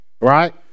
right